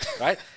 right